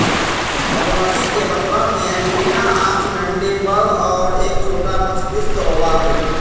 मधुमक्खी के मथवा में एंटीना आंख मैंडीबल और एक छोटा मस्तिष्क होबा हई